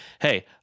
hey